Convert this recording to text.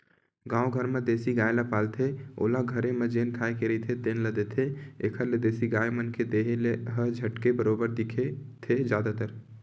गाँव घर म देसी गाय ल पालथे ओला घरे म जेन खाए के रहिथे तेने ल देथे, एखर ले देसी गाय मन के देहे ह झटके बरोबर दिखथे जादातर